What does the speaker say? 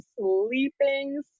sleeping